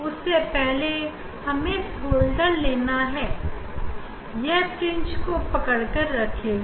उससे पहले हमें होल्डर लेना है यह फ्रिंज को पकड़कर रखेगा